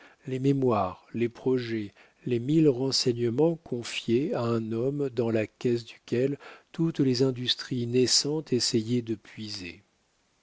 les mémoires les projets les mille renseignements confiés à un homme dans la caisse duquel toutes les industries naissantes essayaient de puiser